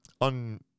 On